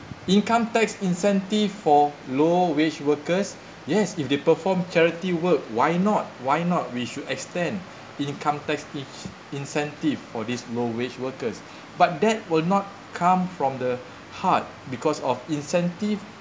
income tax incentive for low wage workers yes if they perform charity work why not why not we should extend income tax ich~ incentive for these low wage workers but that will not come from the heart because of incentive